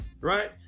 Right